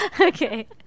Okay